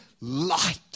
light